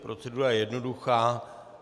Procedura je jednoduchá.